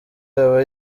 aba